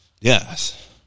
Yes